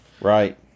Right